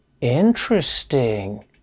Interesting